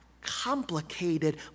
complicated